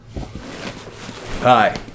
Hi